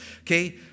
Okay